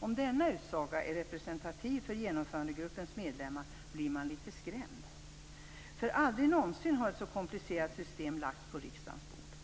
Om denna utsaga är representativ för Genomförandegruppens medlemmar blir man litet skrämd. För aldrig någonsin har ett så komplicerat system lagts på riksdagens bord.